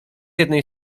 jednej